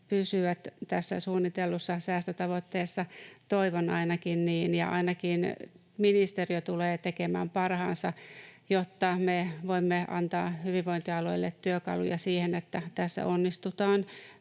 pysyvät tässä suunnitellussa säästötavoitteessa. Toivon ainakin niin, ja ainakin ministeriö tulee tekemään parhaansa, jotta me voimme antaa hyvinvointialueille työkaluja siihen, että tässä onnistutaan.